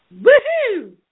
Woo-hoo